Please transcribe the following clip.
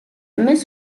miss